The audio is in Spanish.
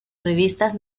revistas